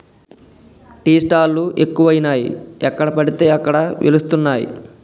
tea stall లు ఎక్కువయినాయి ఎక్కడ పడితే అక్కడ వెలుస్తానయ్